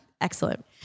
Excellent